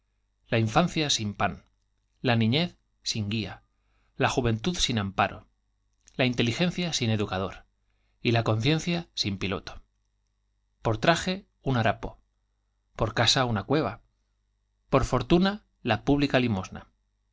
la infancia sin pan la niñez sin guía la juventud sin amparo la inteligencia sin educador y la conciencia sin piloto por traje un harapo por casa una cueva por fortuna la pública limosna